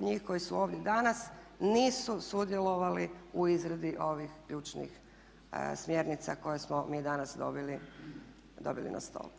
njih koji su ovdje danas nisu sudjelovali u izradi ovih ključnih smjernica koje smo mi danas dobili na stol.